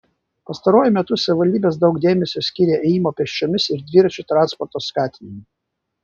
pastaruoju metu savivaldybės daug dėmesio skiria ėjimo pėsčiomis ir dviračių transporto skatinimui